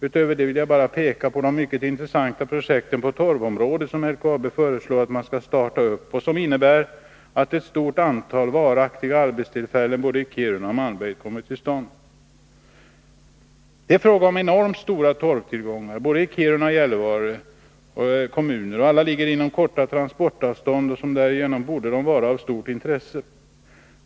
Utöver detta vill jag bara peka på de mycket intressanta projekt inom torvområdet som LKAB föreslår att man skall starta och som innebär att ett stort antal varaktiga arbetstillfällen både i Kiruna och Malmberget kommer till stånd. Det är fråga om enormt stora torvtillgångar i både Kiruna och Gällivare kommuner. Alla ligger inom korta transportavstånd, och de borde därigenom vara av stort intresse.